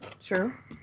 Sure